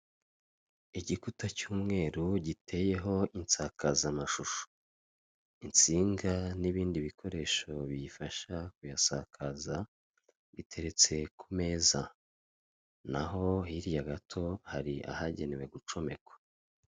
Igikuta cy'umweru giteyeho insakazamashusho. Insinga n'ibindi bikoresho biyifasha kuyasakaza biteretse ku meza. N'aho hirya gato hari ahagenewe gucomekwa.